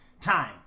Time